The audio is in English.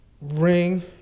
ring